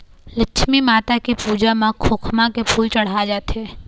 लक्छमी माता के पूजा म खोखमा के फूल चड़हाय जाथे